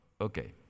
Okay